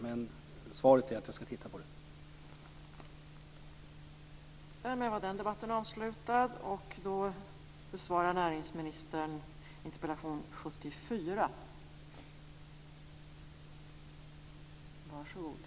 Men svaret är att jag skall titta närmare på detta.